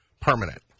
permanent